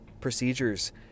procedures